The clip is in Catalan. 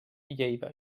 lleida